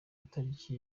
itariki